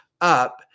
up